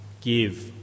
give